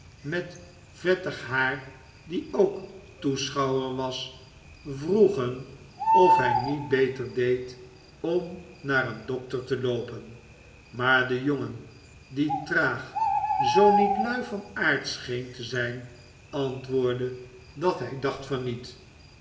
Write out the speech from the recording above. met vettig haar die ook toeschouwer was vroegen of hij niet beter deed om naar een dokter te loopen maar de jongen die traag zoo niet lui van aard scheen te zijn antwoordde dat hij dacht van niet